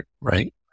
right